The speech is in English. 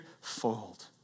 fold